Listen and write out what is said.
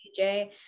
DJ